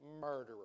murderer